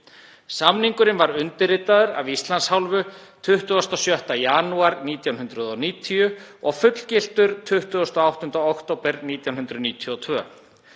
Samningurinn var undirritaður af Íslands hálfu 26. janúar 1990 og fullgiltur 28. október 1992.